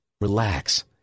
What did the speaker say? Relax